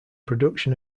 production